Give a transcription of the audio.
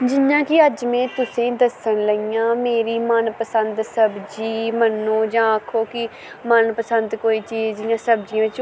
जियां कि अज्ज में तुसेंगी दस्सन लगी आं मेरी मनपसंद सब्जी मन्नो जां आक्खो कि मनपसंद कोई चीज़ जियां सब्जी बिच्च ओह् केह्ड़ी शैल लगदी